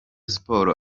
sports